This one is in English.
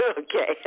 Okay